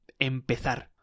empezar